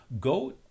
go